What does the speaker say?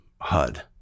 hud